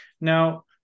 Now